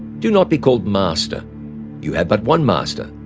do not be called master you have but one master,